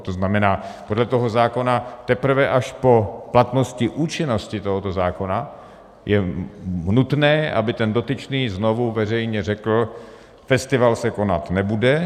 To znamená, podle toho zákona teprve až po platnosti účinnosti tohoto zákona je nutné, aby ten dotyčný znovu veřejně řekl: festival se konat nebude.